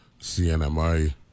CNMI